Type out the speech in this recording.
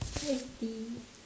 what is this